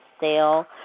sale